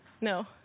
No